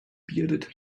bearded